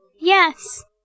Yes